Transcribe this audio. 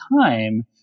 time